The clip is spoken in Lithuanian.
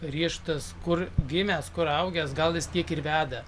riešutas kur gimęs kur augęs gal jis tiek ir veda